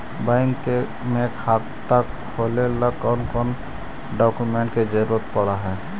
Bank में खाता खोले ल कौन कौन डाउकमेंट के जरूरत पड़ है?